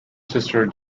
sister